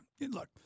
Look